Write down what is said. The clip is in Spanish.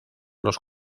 los